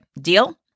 Deal